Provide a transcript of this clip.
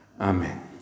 Amen